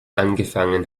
angefangen